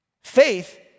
Faith